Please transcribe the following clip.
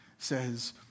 says